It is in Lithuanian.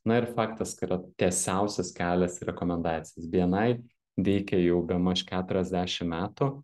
na ir faktas ka yra tiesiausias kelias į rekomendacijas bni veikia jau bemaž keturiasdešim metų